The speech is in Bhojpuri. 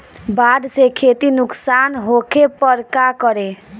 बाढ़ से खेती नुकसान होखे पर का करे?